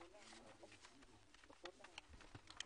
הישיבה ננעלה בשעה 11:16.